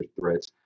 threats